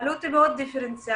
העלות מאד דיפרנציאלית,